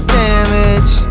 damage